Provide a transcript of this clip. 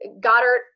Goddard